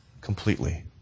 completely